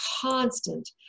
constant